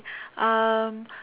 um